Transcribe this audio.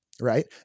right